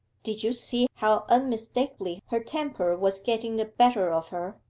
did you see how unmistakably her temper was getting the better of her,